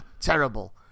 Terrible